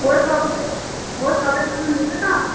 ও সবেতে ও সবে নাম দেবে তো